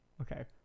Okay